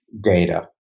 data